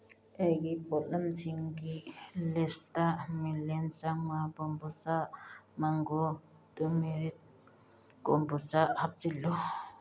ꯑꯩꯒꯤ ꯄꯣꯠꯂꯝꯁꯤꯡꯒꯤ ꯂꯤꯁꯇ ꯃꯤꯂꯤꯌꯟ ꯆꯝꯃꯉꯥ ꯀꯣꯝꯕꯨꯆꯥ ꯃꯪꯒꯣ ꯇꯨꯔꯃꯦꯔꯤꯛ ꯀꯣꯝꯕꯨꯆꯥ ꯍꯥꯞꯆꯤꯜꯂꯨ